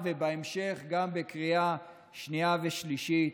ובהמשך, גם בקריאה שנייה ושלישית,